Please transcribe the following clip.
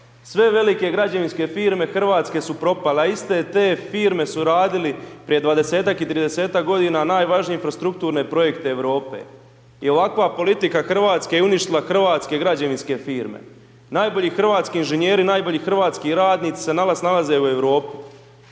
Sve velike građevinske firme hrvatske su propale, a iste te firme su radili prije 20-ak i 30-ak godina najvažnije infrastrukturne projekte Europe. I ovakva politika Hrvatske je uništila hrvatske građevinske firme. Najbolji hrvatski inženjeri, najbolji hrvatski radnici se danas nalaze u Europi.